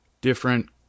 different